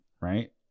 right